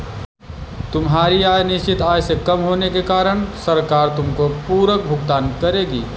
तुम्हारी आय निश्चित आय से कम होने के कारण सरकार तुमको पूरक भुगतान करेगी